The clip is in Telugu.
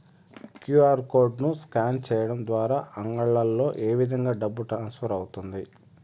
క్యు.ఆర్ కోడ్ ను స్కాన్ సేయడం ద్వారా అంగడ్లలో ఏ విధంగా డబ్బు ట్రాన్స్ఫర్ అవుతుంది